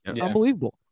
unbelievable